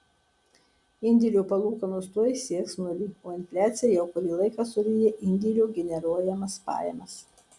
indėlių palūkanos tuoj sieks nulį o infliacija jau kurį laiką suryja indėlių generuojamas pajamas